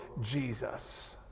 Jesus